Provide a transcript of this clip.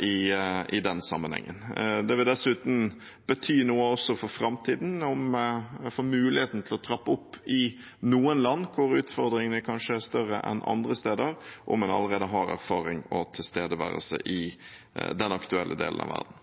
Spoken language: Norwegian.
si i den sammenheng. Det vil dessuten bety noe også for framtiden om vi får muligheten til å trappe opp i noen land hvor utfordringene kanskje er større enn andre steder, om en allerede har erfaring og tilstedeværelse i den aktuelle delen av verden.